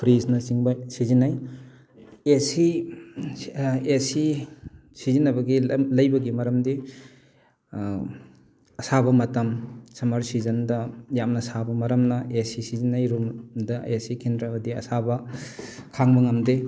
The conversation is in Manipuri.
ꯐ꯭ꯔꯤꯖꯅꯆꯤꯡꯕ ꯁꯤꯖꯤꯟꯅꯩ ꯑꯦꯁꯤ ꯑꯦꯁꯤ ꯁꯤꯖꯤꯟꯅꯕꯒꯤ ꯂꯩꯕꯒꯤ ꯃꯔꯝꯗꯤ ꯑꯁꯥꯕ ꯃꯇꯝ ꯁꯝꯃꯔ ꯁꯤꯖꯟꯗ ꯌꯥꯝꯅ ꯁꯥꯕ ꯃꯔꯝꯅ ꯑꯦꯁꯤ ꯁꯤꯖꯤꯟꯅꯩ ꯔꯨꯝꯗ ꯑꯦꯁꯤ ꯈꯤꯟꯗ꯭ꯔꯕꯗꯤ ꯑꯁꯥꯕ ꯈꯥꯡꯕ ꯉꯝꯗꯦ